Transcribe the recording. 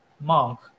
monk